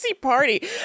party